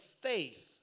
faith